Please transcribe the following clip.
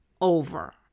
over